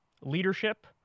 leadership